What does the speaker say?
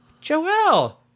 Joel